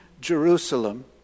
Jerusalem